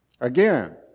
again